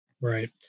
Right